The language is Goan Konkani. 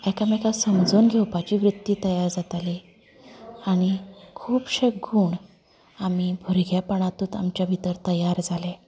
एकामेकांक समजोन घेवपाची वृत्ती तयार जाताली आनी खुबशे खूण आमी भुरगेपणातूंत आमचे भितर तयार जाले